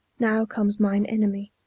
now comes mine enemy,